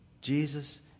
Jesus